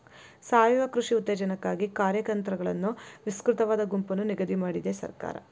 ಸಾವಯವ ಕೃಷಿ ಉತ್ತೇಜನಕ್ಕಾಗಿ ಕಾರ್ಯತಂತ್ರಗಳನ್ನು ವಿಸ್ತೃತವಾದ ಗುಂಪನ್ನು ನಿಗದಿ ಮಾಡಿದೆ ಸರ್ಕಾರ